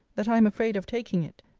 that i am afraid of taking it,